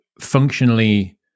functionally